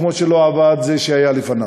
כמו שלא עבד זה שהיה לפניו.